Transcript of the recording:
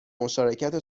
مشارکت